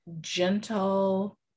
gentle